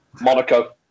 Monaco